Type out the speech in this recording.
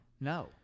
No